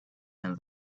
and